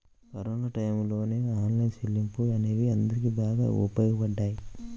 corona టైయ్యంలో online చెల్లింపులు అనేవి అందరికీ బాగా ఉపయోగపడ్డాయి